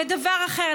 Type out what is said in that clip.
ודבר אחר,